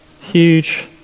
Huge